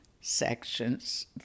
sections